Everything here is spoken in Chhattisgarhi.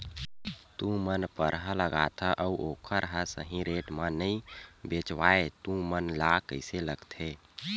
तू मन परहा लगाथव अउ ओखर हा सही रेट मा नई बेचवाए तू मन ला कइसे लगथे?